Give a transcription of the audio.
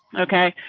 okay,